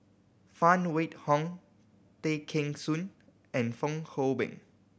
Phan Wait Hong Tay Kheng Soon and Fong Hoe Beng